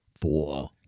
Four